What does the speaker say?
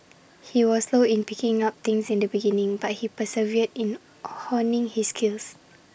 he was slow in picking things up at the beginning but he persevered in honing his skills